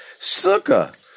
Sukkah